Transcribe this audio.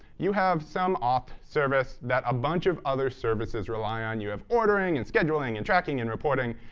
you have some off-service that a bunch of other services rely on. you have ordering and scheduling and tracking and reporting.